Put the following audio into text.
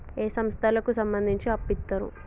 ఏ సంస్థలకు సంబంధించి అప్పు ఇత్తరు?